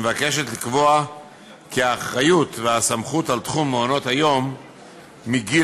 שמבקשת לקבוע כי האחריות והסמכות בתחום מעונות-היום מגיל